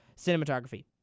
Cinematography